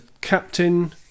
Captain